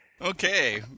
okay